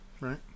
right